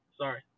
Sorry